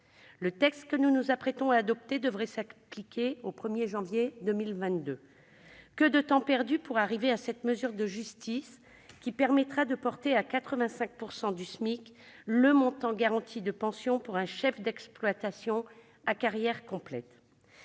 Le texte que nous nous apprêtons à adopter devrait s'appliquer au 1 janvier 2022. Que de temps perdu pour arriver à cette mesure de justice, qui permettra de porter à 85 % du SMIC le montant garanti de pension pour un chef d'exploitation à carrière complète !